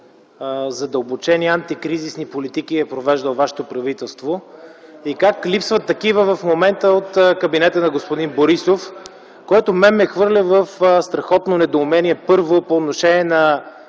задълбочени антикризисни политики е провеждало вашето правителство и как липсват такива в момента от кабинета на господин Борисов, което мен ме хвърля в страхотно недоумение, първо, по отношение на